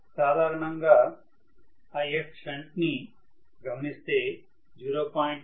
సాధారణంగా Ifshunt ని గమనిస్తే 0